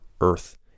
earth